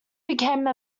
became